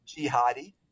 jihadi